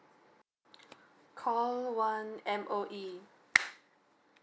call one M_O_E